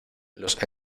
los